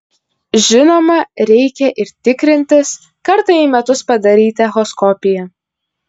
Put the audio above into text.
žinoma reikia ir tikrintis kartą į metus padaryti echoskopiją